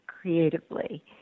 creatively